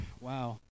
wow